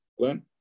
Glenn